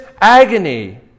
agony